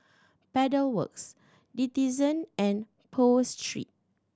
Pedal Works Denizen and Pho Street